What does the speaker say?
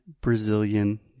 Brazilian